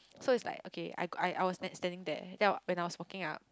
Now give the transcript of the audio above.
so it's like okay I go I was stand standing there then when I was walking up